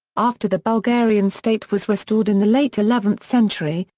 after the bulgarian state was restored in the late eleventh century,